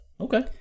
Okay